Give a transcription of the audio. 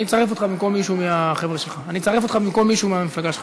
אני אצרף אותך במקום מישהו מהמפלגה שלך.